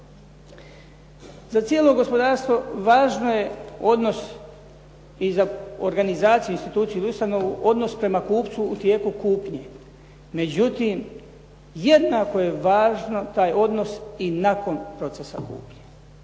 Za cijelo gospodarstvo važno je odnos i za organizaciju, instituciju ili ustanovu odnos prema kupcu u tijeku kupnje. Međutim, jednako je važno taj odnos i nakon procesa kupnje.